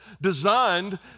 designed